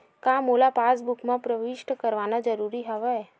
का मोला पासबुक म प्रविष्ट करवाना ज़रूरी हवय?